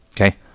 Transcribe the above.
Okay